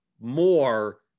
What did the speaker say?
more